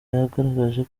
yagaragaje